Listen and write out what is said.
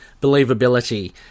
believability